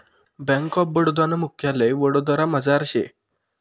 bank of Baroda नं मुख्यालय वडोदरामझार शे